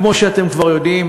כמו שאתם כבר יודעים,